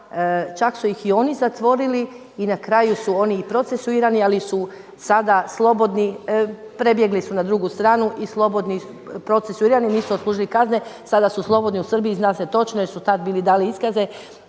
Čak su ih i oni zatvorili i na kraju su oni i procesuirani, ali su sada slobodni, prebjegli su na drugu stranu, procesuirani, nisu odslužili kazne, sada su slobodni u Srbiji. Zna se točno jer su tad bili dali iskaze